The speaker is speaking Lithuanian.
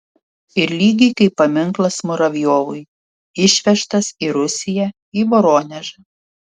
ir lygiai kaip paminklas muravjovui išvežtas į rusiją į voronežą